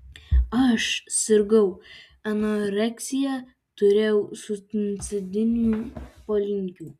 aš sirgau anoreksija turėjau suicidinių polinkių